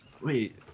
Wait